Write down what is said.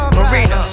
Marina